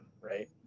right